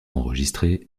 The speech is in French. enregistrées